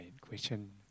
question